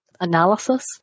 analysis